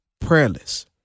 prayerless